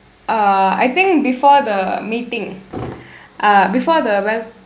uh I think before the meeting ah before the wel~